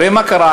הרי מה קרה?